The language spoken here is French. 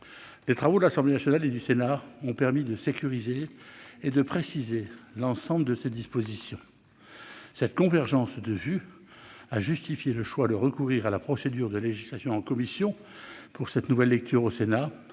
Les travaux de l'Assemblée nationale et du Sénat ont permis de sécuriser et de préciser l'ensemble de ces dispositions. Cette convergence de vues a justifié le choix de recourir à la procédure de législation en commission pour cette nouvelle lecture au Sénat.